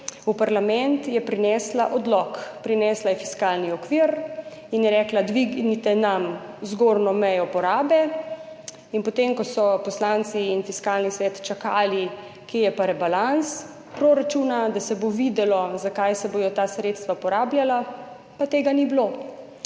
V parlament je prinesla odlok, prinesla je fiskalni okvir in rekla: »Dvignite nam zgornjo mejo porabe.« In potem, ko so poslanci in Fiskalni svet čakali, kje je pa rebalans proračuna, da se bo videlo, za kaj se bodo ta sredstva porabljala, pa tega ni bilo.